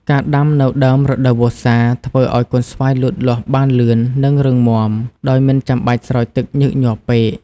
ការដាំនៅដើមរដូវវស្សា ធ្វើឲ្យកូនស្វាយលូតលាស់បានលឿន និងរឹងមាំ ដោយមិនចាំបាច់ស្រោចទឹកញឹកញាប់ពេក។